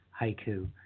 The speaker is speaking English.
haiku